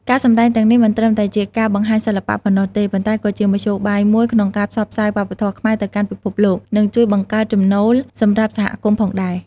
ការសម្តែងទាំងនេះមិនត្រឹមតែជាការបង្ហាញសិល្បៈប៉ុណ្ណោះទេ ប៉ុន្តែក៏ជាមធ្យោបាយមួយក្នុងការផ្សព្វផ្សាយវប្បធម៌ខ្មែរទៅកាន់ពិភពលោក និងជួយបង្កើតចំណូលសម្រាប់សហគមន៍ផងដែរ។